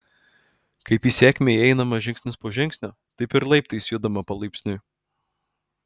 kaip į sėkmę einama žingsnis po žingsnio taip ir laiptais judama palaipsniui